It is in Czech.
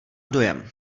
dojem